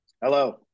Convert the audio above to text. Hello